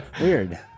Weird